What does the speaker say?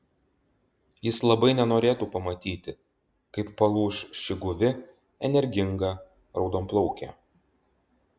jis labai nenorėtų pamatyti kaip palūš ši guvi energinga raudonplaukė